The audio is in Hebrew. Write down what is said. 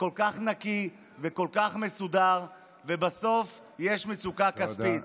וכל כך נקי וכל כך מסודר, ובסוף יש מצוקה כספית.